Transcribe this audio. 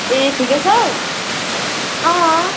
ए ठिकै छौ अँ